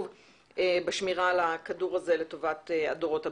בשמירה על הכדור הזה לטובת הדורות הבאים.